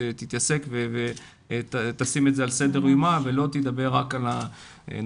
תתעסק ותשים את זה על סדר יומה ולא תדבר רק על הנושאים